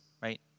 right